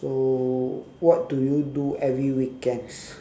so what do you do every weekend